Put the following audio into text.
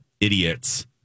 idiots